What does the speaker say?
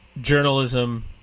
journalism –